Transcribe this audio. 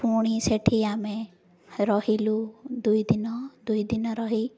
ପୁଣି ସେଠି ଆମେ ରହିଲୁ ଦୁଇ ଦିନ ଦୁଇ ଦିନ ରହି